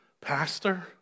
pastor